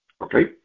okay